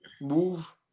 move